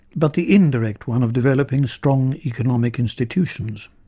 but the indirect one of developing strong economic institutions.